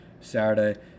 Saturday